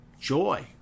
joy